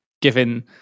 given